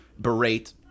berate